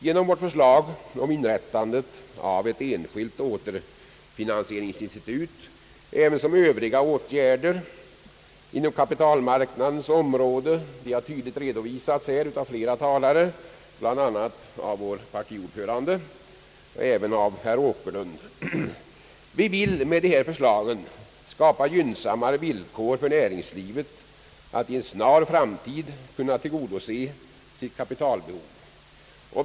Genom vårt förslag om att inrätta ett enskilt återfinansieringsinstitut ävensom övriga åtgärder på kapitalmarknadens område — de har tydligt redovi sats här av flera talare, bl.a. av vår partiordförande och herr Åkerlund — vill vi skapa gynnsamma möjligheter för näringslivet att inom en snar framtid kunna tillgodose vårt lands kapitalbehov.